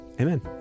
Amen